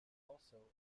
also